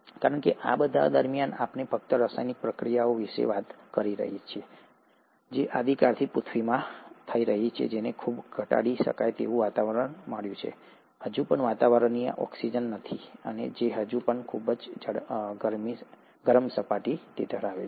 કારણ કે આ બધા દરમિયાન આપણે ફક્ત રાસાયણિક પ્રતિક્રિયાઓ વિશે વાત કરી રહ્યા છીએ જે આદિકાળની પૃથ્વીમાં થઈ રહી છે જેને ખૂબ જ ઘટાડી શકાય તેવું વાતાવરણ મળ્યું છે હજુ પણ વાતાવરણીય ઓક્સિજન નથી અને તે હજી પણ ખૂબ જ ગરમ સપાટી ધરાવે છે